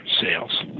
sales